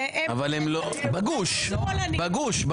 דמוקרטיה,